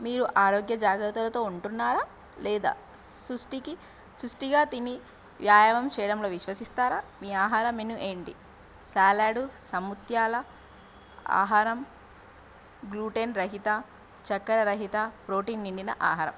మీరు ఆరోగ్య జాగ్రత్తలతో ఉంటున్నారా లేదా సుష్టికి సుష్టిగా తిని వ్యాయామం చేయడంలో విశ్వసిస్తారా మీ ఆహార మెనూ ఏంటి సలాడు సముత్యాల ఆహారం గ్లూటేన్ రహిత చక్కెర రహిత ప్రోటీన్ నిండిన ఆహారం